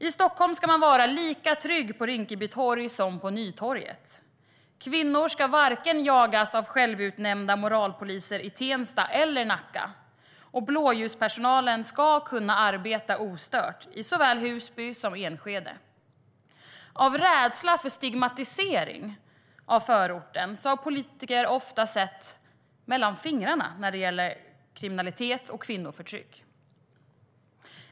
I Stockholm ska man vara lika trygg på Rinkeby torg som på Nytorget, kvinnor ska inte jagas av självutnämnda moralpoliser i vare sig Tensta eller Nacka och blåljuspersonalen ska kunna arbeta ostört i såväl Husby som Enskede. Av rädsla för stigmatisering av förorten har politiker ofta sett mellan fingrarna när det gäller kriminalitet och kvinnoförtryck.